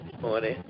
morning